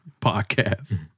Podcast